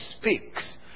speaks